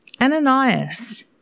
Ananias